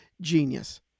genius